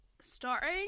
Starting